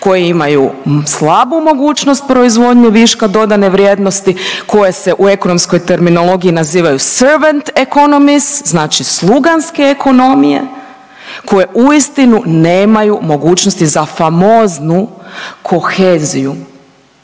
koje imaju slabu mogućnost proizvodnje viška dodane vrijednosti koje se u ekonomskoj terminologiji nazivaju servant economy znači sluganjske ekonomije koje uistinu nemaju mogućnosti za famoznu koheziju.